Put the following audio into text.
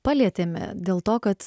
palietėme dėl to kad